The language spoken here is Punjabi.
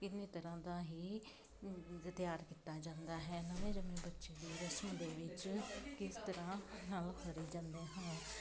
ਕਿੰਨੀ ਤਰ੍ਹਾਂ ਦਾ ਹੀ ਤਿਆਰ ਕੀਤਾ ਜਾਂਦਾ ਹੈ ਨਵੇਂ ਜੰਮੇ ਬੱਚੇ ਲਈ ਰਸਮ ਦੇ ਵਿੱਚ ਕਿਸ ਤਰ੍ਹਾਂ ਨਾਲ ਕਰੇ ਜਾਂਦੇ ਹਾਂ